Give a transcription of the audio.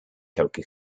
coca